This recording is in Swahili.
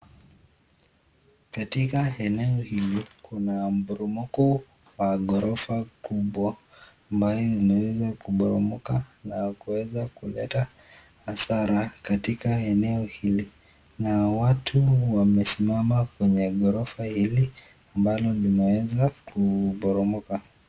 Katika eneo hili kuna mporomoko wa ghorofa kubwa ambayo imeweza kuporomoka na kuweza kuleta hasara katika eneo hili na watu wamesimama kwenye ghorofa hili ambalo limeweza kuporomoka.